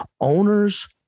Owners